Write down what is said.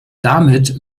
damit